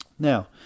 Now